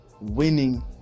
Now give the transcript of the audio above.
winning